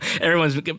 Everyone's